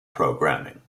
programming